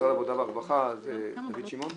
שהיא פחות רגילה לעשות את